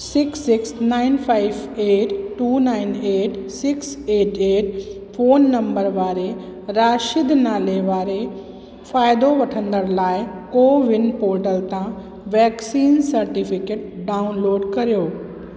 six six nine five eight two nine eight six eight eight phone number वारे राशिद नाले वारे फ़ाइदो वठंदड़ लाइ कोविन पोर्टल तव्हां वैक्सीन सर्टिफिकेट डाउनलोड करियो